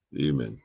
Amen